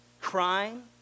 Crime